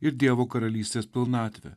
ir dievo karalystės pilnatvę